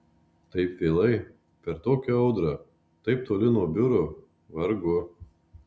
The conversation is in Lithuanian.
taip vėlai per tokią audrą taip toli nuo biuro vargu